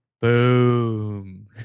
Boom